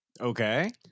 Okay